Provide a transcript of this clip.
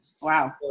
Wow